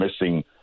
missing